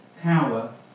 power